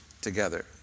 together